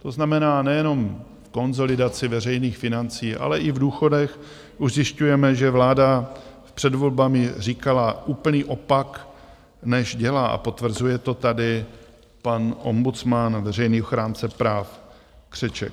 To znamená, nejenom konsolidaci veřejných financí, ale i v důchodech už zjišťujeme, že vláda v před volbami říkala úplný opak, než dělá, a potvrzuje to tady pan ombudsman, veřejný ochránce práv, Křeček.